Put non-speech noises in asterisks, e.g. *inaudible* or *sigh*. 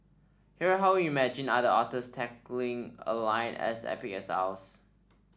here are how we imagined other authors tackling a line as epic as *unintelligible*